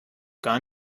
gar